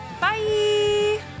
bye